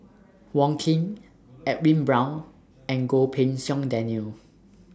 Wong Keen Edwin Brown and Goh Pei Siong Daniel